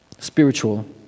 spiritual